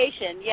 yes